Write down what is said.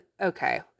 okay